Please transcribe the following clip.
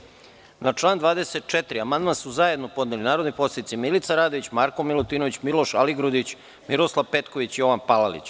Da li neko želi reč? (Ne.) Na član 24. amandman su zajedno podneli narodni poslanici Milica Radović, Marko Milutinović, Miloš Aligrudić, Miroslav Petković i Jovan Palalić.